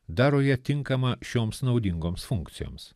daro ją tinkamą šioms naudingoms funkcijoms